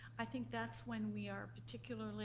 i think that's when we are particularly